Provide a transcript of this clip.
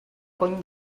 cony